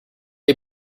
you